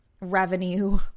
Revenue